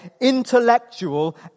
intellectual